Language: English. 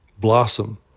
blossom